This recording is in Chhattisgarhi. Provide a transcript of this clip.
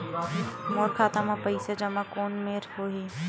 मोर खाता मा पईसा जमा कोन मेर होही?